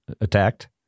attacked